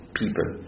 people